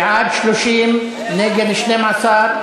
בעד, 30, נגד, 12,